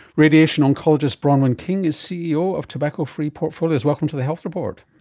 radiation oncologist bronwyn king is ceo of tobacco-free portfolios. welcome to the health report.